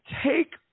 take